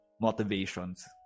motivations